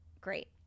great